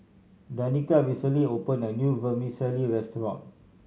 Danica recently opened a new Vermicelli restaurant